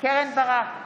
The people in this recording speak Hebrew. קרן ברק,